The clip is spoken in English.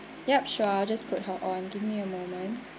yup sure I'll just put her on give me a moment